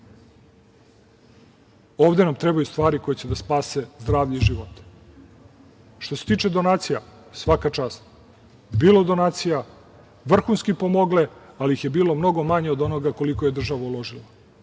Ovde nam trebaju stvari koje će da spasu zdravlje i živote. Što se tiče donacija, svaka čast. Bilo je donacija, vrhunski su pomogle, ali ih je bilo mnogo manje od onoga koliko je država uložila.